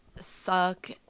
suck